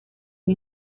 the